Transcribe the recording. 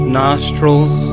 nostrils